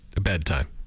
Bedtime